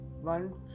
One